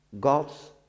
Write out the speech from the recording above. God's